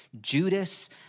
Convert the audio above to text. Judas